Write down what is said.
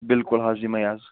بلکل حظ یِمے حظ